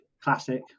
classic